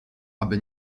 aby